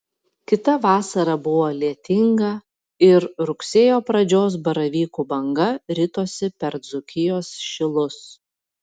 kita vasara buvo lietinga ir rugsėjo pradžios baravykų banga ritosi per dzūkijos šilus